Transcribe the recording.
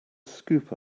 scoop